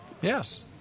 Yes